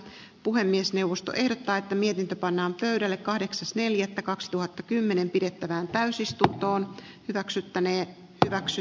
puhemiesneuvosto ehdottaa että mietintö pannaan pöydälle kahdeksas neljättä kaksituhattakymmenen pidettävään täysistuntoon hyväksyttänee kaksi